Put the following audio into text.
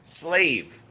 slave